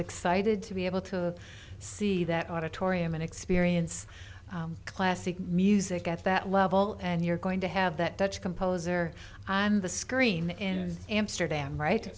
excited to be able to see that auditorium and experience classic music at that level and you're going to have that touch composer on the screen in amsterdam right